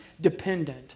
dependent